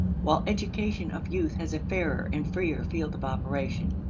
while education of youth has a fairer and freer field of operation.